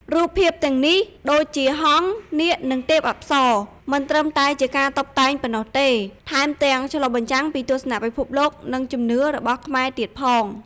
រូបភាពទាំងនេះ ដូចជា ហង្ស នាគ និងទេពអប្សរ មិនត្រឹមតែជាការតុបតែងប៉ុណ្ណោះទេ ថែមទាំងឆ្លុះបញ្ចាំងពីទស្សនៈពិភពលោក និងជំនឿរបស់ខ្មែរទៀតផង។